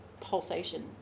Pulsation